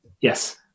Yes